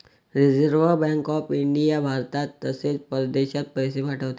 reserve bank of India भारतात तसेच परदेशात पैसे पाठवते